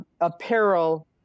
apparel